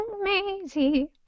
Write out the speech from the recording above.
Amazing